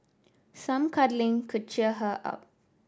some cuddling could cheer her up